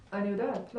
over,